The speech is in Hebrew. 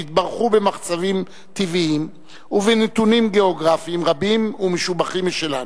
שהתברכו במחצבים טבעיים ובנתונים גיאוגרפיים רבים ומשובחים משלנו.